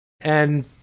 And-